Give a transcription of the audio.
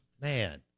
Man